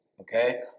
okay